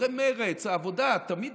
חברי מרצ והעבודה תמיד